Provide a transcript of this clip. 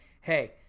Hey